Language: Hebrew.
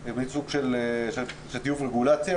שהוא מין סוג של טיוב רגולציה,